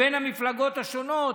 בין המפלגות השונות?